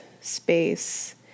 space